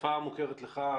בשפה המוכרת לך,